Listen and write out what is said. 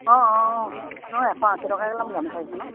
অঁ অঁ মই এশ আশী টকাকৈ ল'ম গামোচাকেইখনত